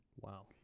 Wow